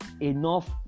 enough